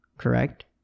Correct